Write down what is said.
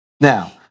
Now